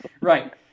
right